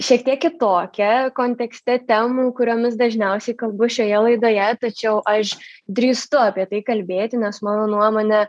šiek tiek kitokia kontekste temų kuriomis dažniausiai kalbu šioje laidoje tačiau aš drįstu apie tai kalbėti nes mano nuomone